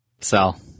Sell